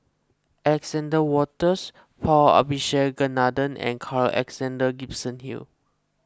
Alexander Wolters Paul Abisheganaden and Carl Alexander Gibson Hill